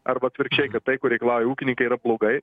arba atvirkščiai kad tai ko reikalauja ūkininkai yra blogai